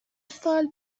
سال